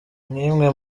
nk’imwe